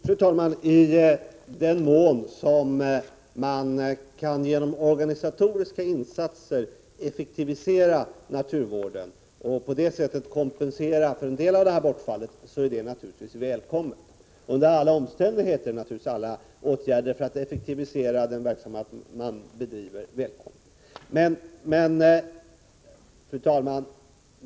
Fru talman! I den mån man genom organisatoriska insatser kan effektivisera naturvården och på det sättet kompensera för en del av bortfallet är det naturligtvis välkommet. Under alla omständigheter är åtgärder för att effektivisera den verksamhet man bedriver välkomna.